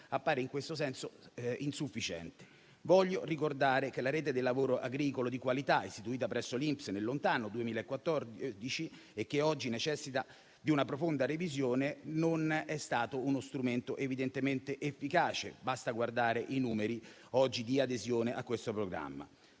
appare in questo senso insufficiente. Voglio ricordare che la rete del lavoro agricolo di qualità, istituita presso l'INPS nel lontano 2014 e che oggi necessita di una profonda revisione, non è stato uno strumento evidentemente efficace. Basta guardare i numeri attuali di adesione a questo programma.